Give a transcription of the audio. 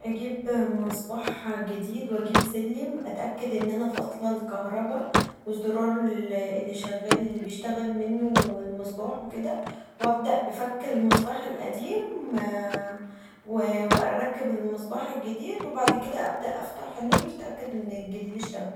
اجيب مصباح جديد و اجيب سلم اتاكد ان أنا فاصله الكهرباء و الزارار اللي بيشتغل منه المصباح و كدا و أبدا بفك المصباح القديم وأركب المصباح الجديد و بعد كدا أبدا افتح النور لتأكد ان الجديد اشتغل.